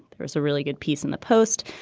there is a really good piece in the post.